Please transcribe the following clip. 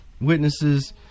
witnesses